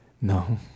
No